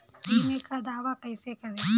बीमे का दावा कैसे करें?